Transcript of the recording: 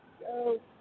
go